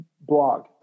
blog